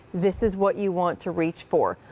this is what you want to reach for.